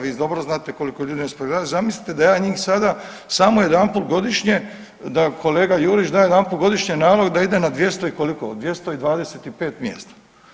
Vi dobro znate koliko ljudi …/nerazumljivo/… zamislite da ja njih sada samo jedanput godišnje da kolega Jurić da jedanput godišnje nalog da ide na 200 i koliko, 225 mjesta.